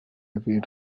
levée